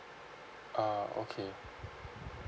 a'ah okay